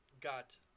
got